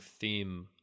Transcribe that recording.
theme